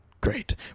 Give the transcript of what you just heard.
Great